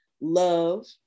Love